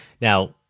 Now